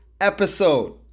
episode